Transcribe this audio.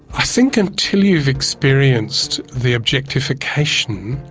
i think until you've experienced the objectification,